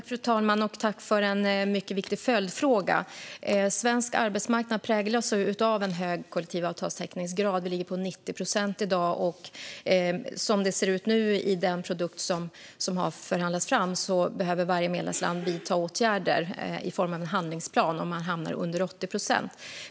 Fru talman! Jag vill tacka för en mycket viktig följdfråga. Svensk arbetsmarknad präglas av en hög kollektivavtalstäckningsgrad. Vi ligger i dag på 90 procent. Som det nu ser ut i den produkt som har förhandlats fram behöver varje medlemsland vidta åtgärder i form av en handlingsplan om man hamnar under 80 procent.